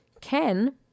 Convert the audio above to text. ken